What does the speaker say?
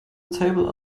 table